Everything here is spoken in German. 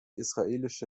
israelische